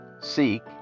seek